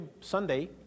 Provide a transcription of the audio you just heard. Sunday